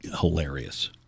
hilarious